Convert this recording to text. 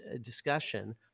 discussion